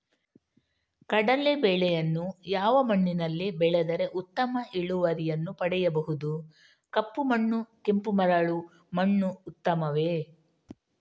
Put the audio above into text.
ಕಡಲೇ ಬೆಳೆಯನ್ನು ಯಾವ ಮಣ್ಣಿನಲ್ಲಿ ಬೆಳೆದರೆ ಉತ್ತಮ ಇಳುವರಿಯನ್ನು ಪಡೆಯಬಹುದು? ಕಪ್ಪು ಮಣ್ಣು ಕೆಂಪು ಮರಳು ಮಣ್ಣು ಉತ್ತಮವೇ?